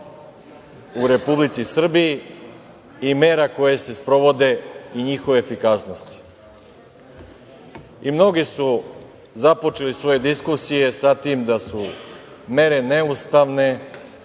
u Republici Srbiji i mera koje se sprovode i njihove efikasnosti. Mnogi su započeli svoje diskusije sa tim da su mere neustavne,